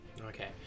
Okay